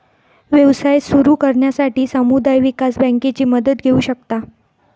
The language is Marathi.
व्यवसाय सुरू करण्यासाठी समुदाय विकास बँकेची मदत घेऊ शकता